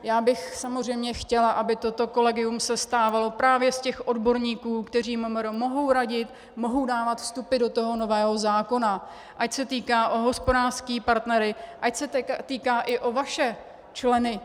Já bych samozřejmě chtěla, aby toto kolegium sestávalo právě z těch odborníků, kteří MMR mohou radit, mohou dávat vstupy do toho nového zákona, ať se týká o hospodářské partnery, ať se týká i o vaše členy.